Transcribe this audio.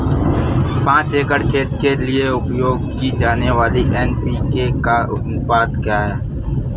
पाँच एकड़ खेत के लिए उपयोग की जाने वाली एन.पी.के का अनुपात क्या है?